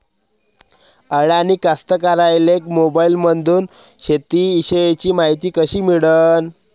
अडानी कास्तकाराइले मोबाईलमंदून शेती इषयीची मायती कशी मिळन?